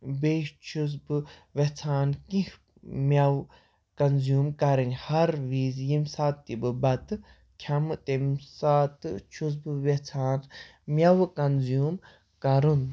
بیٚیہِ چھُس بہٕ ویٚژھان کیٚنٛہہ میٚوٕ کَنزیٛوٗم کَرٕنۍ ہَر وِزِ ییٚمہِ ساتہٕ تہِ بہٕ بَتہٕ کھیٚمہٕ تَمہِ ساتہٕ چھُس بہٕ ویٚژھان میٚوٕ کَنزیوٗم کَرُن